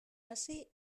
hasi